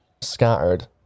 scattered